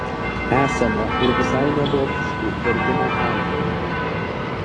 esama ir visai nevokiškų vertimo kalkių